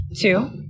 Two